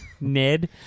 Ned